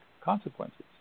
consequences